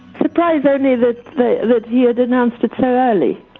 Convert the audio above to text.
surprise only that that he had announced it so early.